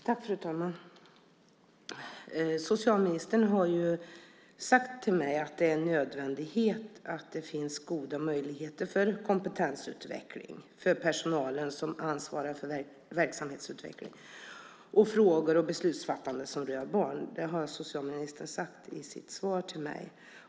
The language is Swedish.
Fru talman! Socialministern har sagt till mig att det är en nödvändighet att det finns goda möjligheter till kompetensutveckling för den personal som ansvarar för verksamhetsutveckling och frågor och beslutsfattande som rör barn. Det har socialministern sagt i sitt svar till mig.